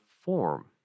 form